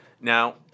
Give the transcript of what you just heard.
now